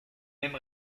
mêmes